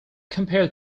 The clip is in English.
compared